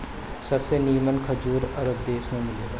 सबसे निमन खजूर अरब देश में मिलेला